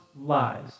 lies